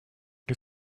les